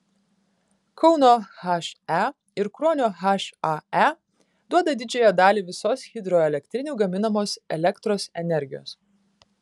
kauno he ir kruonio hae duoda didžiąją dalį visos hidroelektrinių gaminamos elektros energijos